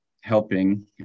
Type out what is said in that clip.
helping